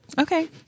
Okay